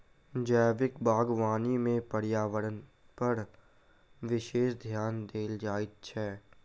जैविक बागवानी मे पर्यावरणपर विशेष ध्यान देल जाइत छै